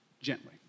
gently